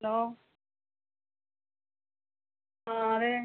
hello ആ അതെ